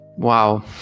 Wow